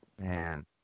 man